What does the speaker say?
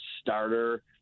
starter